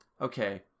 Okay